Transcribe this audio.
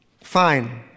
fine